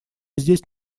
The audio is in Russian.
здесь